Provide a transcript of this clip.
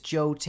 Joe